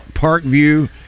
Parkview